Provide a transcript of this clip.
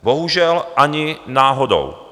Bohužel ani náhodou!